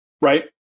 right